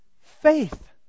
Faith